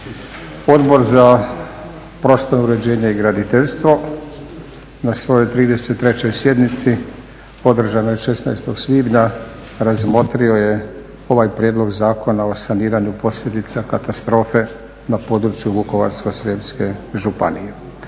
Odbor za prostorno uređenje i graditeljstvo na svojoj 33. sjednici održanoj 16. svibnja razmotrio je ovaj prijedlog zakona o saniranju posljedica katastrofe na području Vukovarsko-srijemske županije